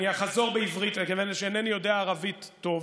אני אחזור בעברית, מפני שאינני יודע ערבית טוב.